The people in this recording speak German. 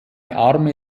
arme